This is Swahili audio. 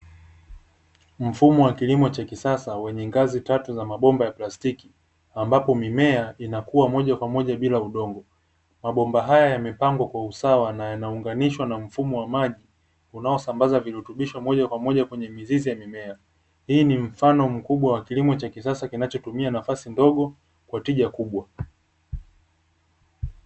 Mfumo wa kilimo cha kisasa wenye ngazi tatu za mabomba ya plastiki, ambapo mimea inakua moja kwa moja bila udongo, mabomba haya yamepangwa kwa usawa na yanaunganishwa na mfumo wa maji unaosambaza virutubisho moja kwa moja kwenye mizizi ya mimea, hii ni mfano mkubwa wa kilimo cha kisasa kinachotumia nafasi ndogo kwa tija kubwa.